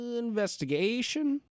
investigation